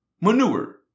manure